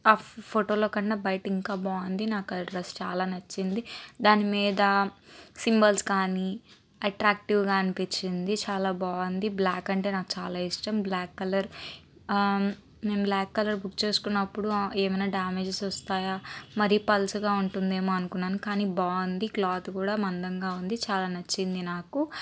ఆ ఫోటోలో కన్నా బయట ఇంకా బాగుంది నాకు ఆ డ్రెస్ చాలా నచ్చింది దాని మీద సింబల్స్ కానీ అట్రాక్టివ్గా అనిపించింది చాలా బాగుంది బ్లాక్ అంటే నాకు చాలా ఇష్టం బ్లాక్ కలర్ నేను బ్లాక్ కలర్ బుక్ చేసుకున్నప్పుడు ఏమైనా డామేజ్స్ వస్తాయా మరి పల్చగా ఉంటుంది ఏమో అనుకున్నాను కానీ బాగుంది క్లాత్ కూడా మందంగా ఉంది చాలా నచ్చింది నాకు